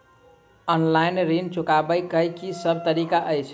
Online ऋण चुकाबै केँ की सब तरीका अछि?